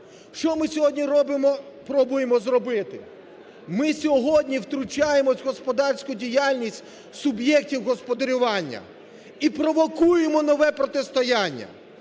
Що ми сьогодні робимо… пробуємо зробити? Ми сьогодні втручаємося в господарську діяльність суб'єктів господарювання і провокуємо нове протистояння.